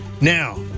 Now